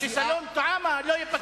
שסלים טועמה לא ייפגע.